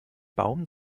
baum